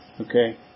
Okay